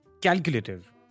calculative